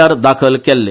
आर दाखल केल्ले